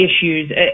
Issues